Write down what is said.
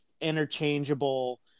interchangeable